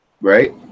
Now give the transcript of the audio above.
Right